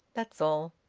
that's all.